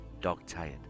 dog-tired